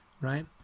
right